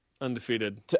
Undefeated